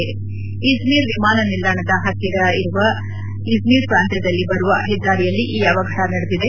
ಇಜ್ಲೀರ್ ವಿಮಾನ ನಿಲ್ದಾಣದ ಹತ್ತಿರುವ ಇಜ್ಲೀರ್ ಪ್ರಾಂತ್ತದಲ್ಲಿ ಬರುವ ಹೆದ್ದಾರಿಯಲ್ಲಿ ಈ ಅವಘಡ ನಡೆದಿದೆ